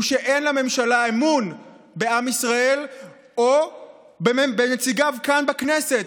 הוא שאין לממשלה אמון בעם ישראל או בנציגיו כאן בכנסת,